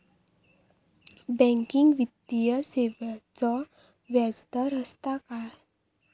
Banking वित्तीय सेवाचो व्याजदर असता काय?